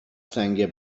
سنگ